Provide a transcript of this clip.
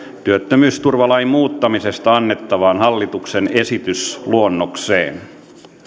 työttömyysturvalain muuttamisesta annettavaan hallituksen esitysluonnokseen